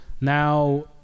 Now